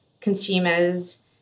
consumers